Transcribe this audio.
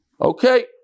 Okay